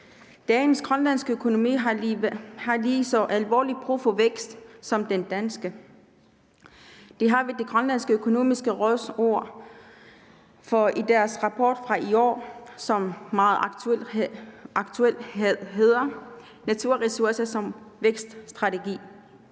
Dagens grønlandske økonomi har lige så alvorligt brug for vækst som den danske. Det har vi Det Grønlandske Økonomiske Råds ord for i deres rapport fra i år, som meget aktuelt hedder »Naturressourcer som vækststrategi«.